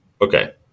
okay